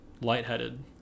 lightheaded